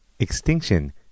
Extinction